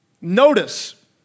Notice